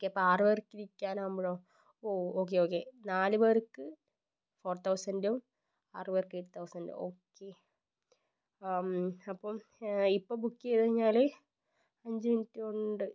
okay അപ്പോൾ ആറുപേർക്ക് ഇരിക്കാനാവുമ്പോഴോ ഓ ഓക്കേ ഓക്കേ നാലുപേർക്ക് ഫോർ തൗസൻ്റും ആറുപേർക്ക് എയിറ്റ് തൗസൻ്റ് ഓക്കേ അപ്പം ഇപ്പം ബുക്ക് ചെയ്തു കഴിഞ്ഞാൽ അഞ്ചു മിനിറ്റുകൊണ്ട്